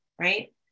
right